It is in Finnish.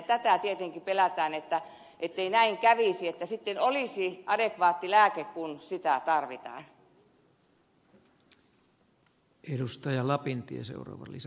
tätä tietenkin pelätään ettei näin kävisi että sitten olisi adekvaatti lääke kun sitä tarvitaan